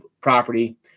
property